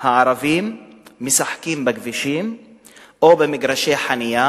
הערבים משחקים בכבישים או במגרשי חנייה